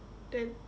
then